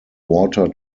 water